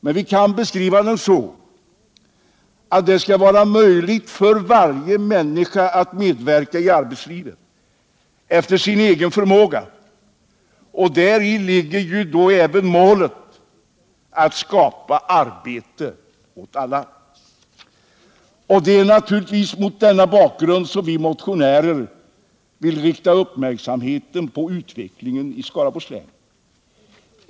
Men vi kan beskriva den så, att det skall vara möjligt för varje människa att medverka i arbetslivet efter sin förmåga, och däri ligger även målet att skapa arbete åt alla. Det är mot denna bakgrund som vi motionärer vill rikta uppmärksamheten på utvecklingen i Skaraborgs län.